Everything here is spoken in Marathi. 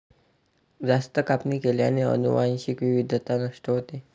जास्त कापणी केल्याने अनुवांशिक विविधता नष्ट होते